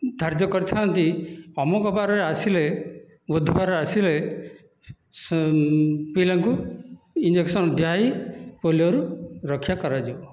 ଧାର୍ଯ୍ୟ କରିଥାନ୍ତି ଅମକ ବାରରେ ଆସିଲେ ବୁଧବାର ଆସିଲେ ପିଲାଙ୍କୁ ଇଞ୍ଜେକ୍ସନ ଦିଆଇ ପୋଲିଓରୁ ରକ୍ଷା କରାଯିବ